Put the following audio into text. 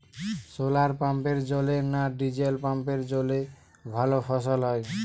শোলার পাম্পের জলে না ডিজেল পাম্পের জলে ভালো ফসল হয়?